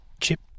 chip